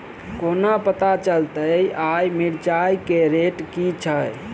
कोना पत्ता चलतै आय मिर्चाय केँ रेट की छै?